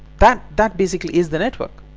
that that basically is the network.